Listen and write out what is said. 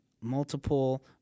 multiple